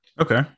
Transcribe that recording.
okay